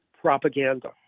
propaganda